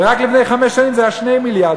ורק לפני חמש שנים זה היה 2 מיליארד.